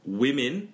women